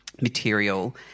material